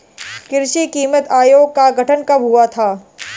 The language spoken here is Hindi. कृषि कीमत आयोग का गठन कब हुआ था?